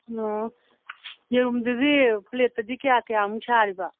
ꯑꯣ ꯌꯦꯔꯨꯝꯗꯨꯗꯤ ꯄ꯭ꯂꯦꯠꯇꯗꯤ ꯀꯌꯥ ꯀꯌꯥꯃꯨꯛ ꯁꯥꯔꯤꯕ